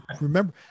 remember